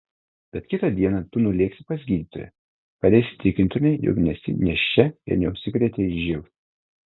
bet kitą dieną tu nulėksi pas gydytoją kad įsitikintumei jog nesi nėščia ir neužsikrėtei živ